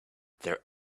there